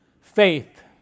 faith